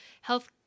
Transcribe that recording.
health